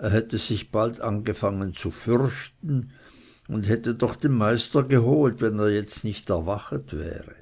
hätte sich bald angefangen zu fürchten und hätte noch den meister geholt wenn er jetzt nicht erwachet wäre